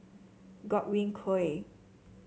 Godwin Koay